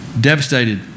Devastated